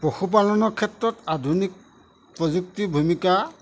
পশুপালনৰ ক্ষেত্ৰত আধুনিক প্ৰযুক্তিৰ ভূমিকা